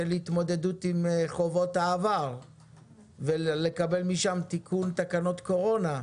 התמודדות עם חובות העבר ולקבל משם תיקון תקנות קורונה,